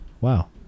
Wow